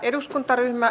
kiitos